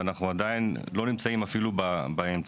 ואנחנו עדיין לא נמצאים עדיין אפילו באמצע.